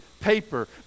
paper